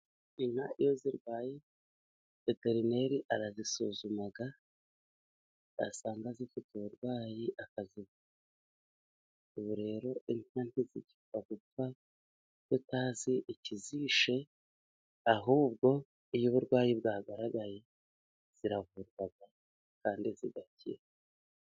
Inka iyo zirwaye veterineri arazisuzuma yasanga zifite uburwayi akazivura ,ubu rero inka ntizigipfa gupfa tutazi ikizishe, ahubwo iyo uburwayi bwagaragaye ziravurwa kandi zigakira.